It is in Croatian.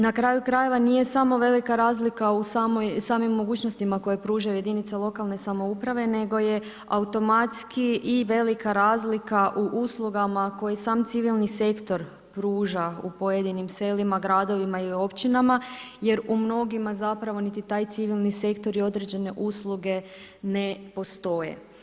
Na kraju krajeva, nije samo velika razlika u samim mogućnostima koje pružaju jedinice lokalne samouprave nego je automatski i velika razlika u uslugama koje sam civilni sektor pruža u pojedinim selima, gradovima i općinama jer u mnogima zapravo niti taj civilni sektor i određene usluge ne postoje.